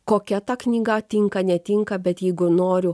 kokia ta knyga tinka netinka bet jeigu noriu